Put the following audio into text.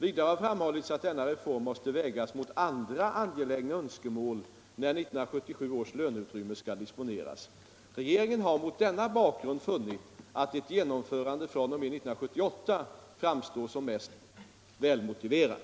Vidare har framhållits alt denna reform måste vägas mot andra angelägna önskemål när 1977 års löneutrymme skall disponeras. Regeringen har mot denna bakgrund funnit att ett genomförande 1978 framstår som mest välmotiverat.